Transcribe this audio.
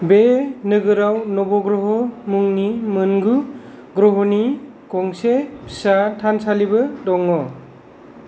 बे नोगोराव नवग्रह मुंनि मोनगु ग्रहनि गंसे फिसा थानसालिबो दङ